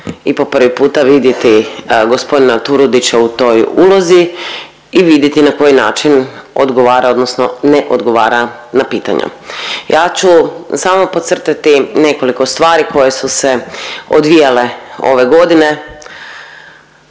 i po prvi puta vidjeti gospodina Turudića u toj ulozi i vidjeti na koji način odgovara, odnosno ne odgovara na pitanja. Ja ću samo podcrtati nekoliko stvari koje su se odvijale ove godine